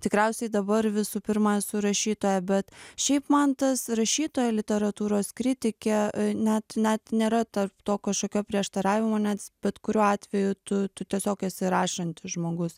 tikriausiai dabar visų pirma esu rašytoja bet šiaip man tas rašytoja literatūros kritikė net net nėra tarp to kašokio prieštaravimo nes bet kuriuo atveju tu tu tiesiog esi rašantis žmogus